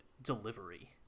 delivery